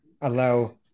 allow